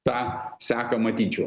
tą seką matyčiau